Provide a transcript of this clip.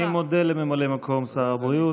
אני מודה לממלא מקום שר הבריאות.